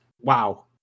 wow